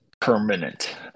permanent